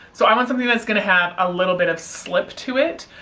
so i want something that's going to have a little bit of slip to it.